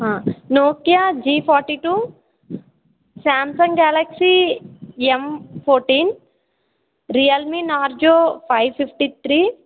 Nokia G forty two Samsung Galaxy M fourteen Realme Narzo five fifty three